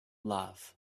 love